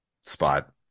spot